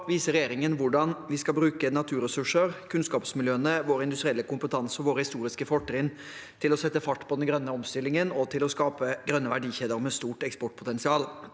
viser regjeringen hvordan vi skal bruke våre naturressurser, kunnskapsmiljøene, vår industrielle kompetanse og våre historiske fortrinn til å sette fart på den grønne omstillingen og til å skape grønne verdikjeder med stort eksportpotensial.